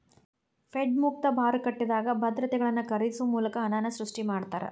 Fed ಮುಕ್ತ ಮಾರುಕಟ್ಟೆದಾಗ ಭದ್ರತೆಗಳನ್ನ ಖರೇದಿಸೊ ಮೂಲಕ ಹಣನ ಸೃಷ್ಟಿ ಮಾಡ್ತಾರಾ